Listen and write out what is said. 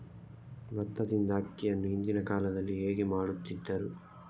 ಭತ್ತದಿಂದ ಅಕ್ಕಿಯನ್ನು ಹಿಂದಿನ ಕಾಲದಲ್ಲಿ ಹೇಗೆ ಮಾಡುತಿದ್ದರು?